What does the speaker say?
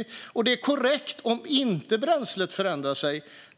Om bränslet är oförändrat är det korrekt att